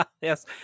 Yes